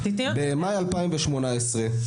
במאי 2018,